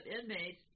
inmates